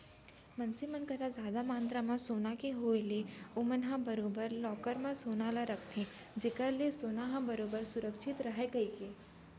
मनसे मन करा जादा मातरा म सोना के होय ले ओमन ह बरोबर लॉकर म सोना ल रखथे जेखर ले सोना ह बरोबर सुरक्छित रहय कहिके